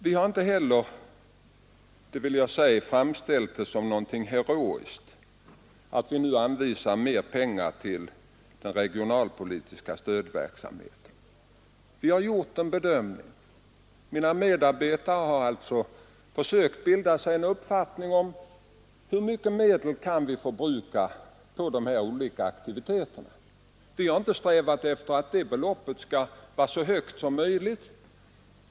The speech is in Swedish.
Vi har inte heller framställt det som någonting heroiskt att vi nu anvisar mer pengar till den regionalpolitiska stödverksamheten. Vi har gjort en bedömning. Mina medarbetare har försökt bilda sig en uppfattning om hur stora medel vi kan förbruka på de olika aktiviteterna. Vi har inte strävat efter att det beloppet skall vara så högt som möjligt.